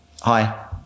Hi